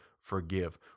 forgive